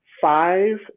five